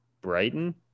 Brighton